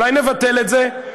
אולי נבטל את זה?